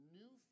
new